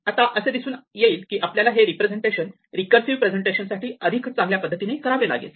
आता असे दिसून येईल की आपल्याला हे रिप्रेझेंटेशन रीकर्सिव प्रेझेन्टेशन साठी अधिक चांगल्या पद्धतीने करावे लागेल